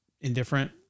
indifferent